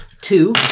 two